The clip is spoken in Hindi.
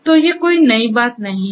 तो ये कोई नई बात नहीं है